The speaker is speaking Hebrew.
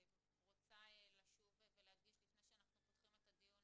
רוצה לשוב ולהדגיש לפני שאנחנו פותחים את הדיון,